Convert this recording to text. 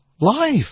life